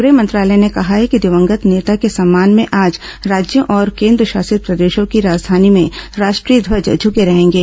गृह मंत्रालय ने कहा है कि दिवंगत नेता के सम्मान में आज राज्यों और केन्द्रशासित प्रदेशों की राजधानी में राष्ट्रीय ध्वज झुके रहेंगे